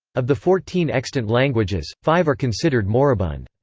of the fourteen extant languages, five are considered moribund.